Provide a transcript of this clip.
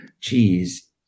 cheese